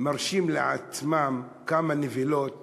מרשים לעצמם כמה נבלות